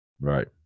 Right